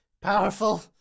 powerful